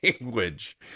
language